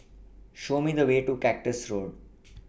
Show Me The Way to Cactus Road